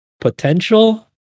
potential